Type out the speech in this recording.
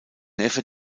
neffe